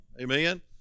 Amen